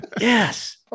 Yes